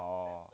oh